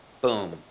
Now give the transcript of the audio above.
boom